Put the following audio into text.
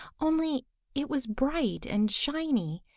only it was bright and shiny,